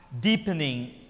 deepening